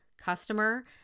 customer